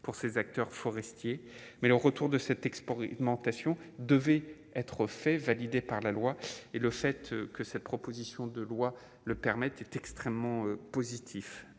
pour ces acteurs forestiers mais le retour de cette expérimentation devait être fait valider par la loi et le fait que cette proposition de loi le permet, est extrêmement positif,